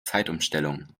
zeitumstellung